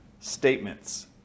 statements